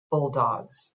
bulldogs